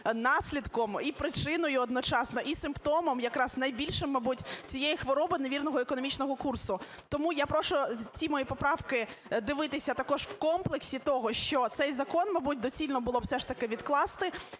наслідком і причиною одночасно, і симптомом якраз, найбільшим, мабуть, цієї хвороби – невірного економічного курсу. Тому я прошу ці мої поправки дивитися також в комплексі того, що цей закон, мабуть, доцільно було б все ж таки відкласти,